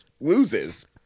loses